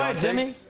ah jimmy.